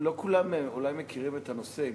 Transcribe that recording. אולי לא כולם מכירים את הנושא.